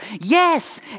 Yes